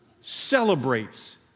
celebrates